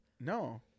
No